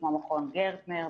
כמו מכון גרטנר,